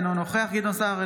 אינו נוכח גדעון סער,